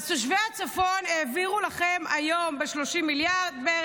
אז תושבי הצפון, העבירו לכם היום בערך 30 מיליארד.